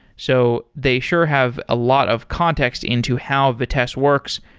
so they sure have a lot of context into how vitess works,